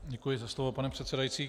Děkuji za slovo, pane předsedající.